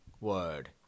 word